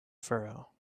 furrow